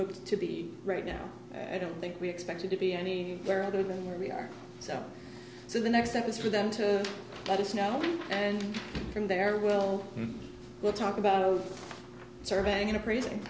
hope to be right now i don't think we expected to be any further than we are so so the next step is for them to let us know and from there we'll we'll talk about surveying in appraising